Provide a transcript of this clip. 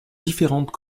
différentes